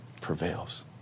prevails